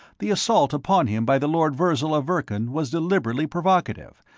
the assault upon him by the lord virzal of verkan was deliberately provocative,